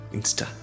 Insta